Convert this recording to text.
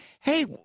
hey